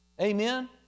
Amen